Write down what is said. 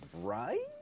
right